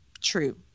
true